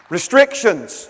Restrictions